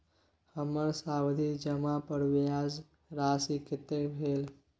हमर सावधि जमा पर ब्याज राशि कतेक भेल?